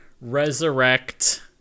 resurrect